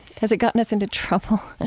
has it gotten us into trouble?